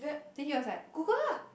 then he was like Google ah